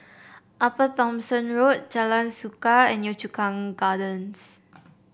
Upper Thomson Road Jalan Suka and Yio Chu Kang Gardens